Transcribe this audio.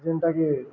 ଯେନ୍ଟାକି